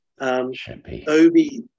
Obi